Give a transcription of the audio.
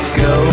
go